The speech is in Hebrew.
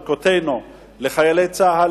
את ברכותינו לחיילי צה"ל,